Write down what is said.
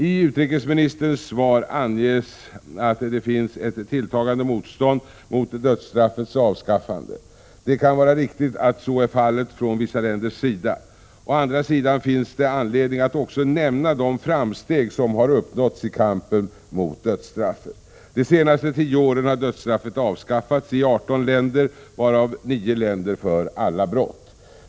I utrikesministerns svar anges att det finns ett tilltagande motstånd mot dödsstraffets avskaffande. Det är riktigt att så är fallet från vissa länders sida. Å andra sidan finns det anledning att också nämna de framsteg som har uppnåtts i kampen mot dödsstraffet. De senaste tio åren har dödsstraffet avskaffats i 18 länder, varav i 9 länder för alla brott.